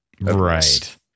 right